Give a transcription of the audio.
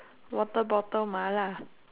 water bottle mala